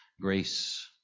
Grace